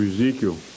Ezekiel